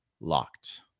LOCKED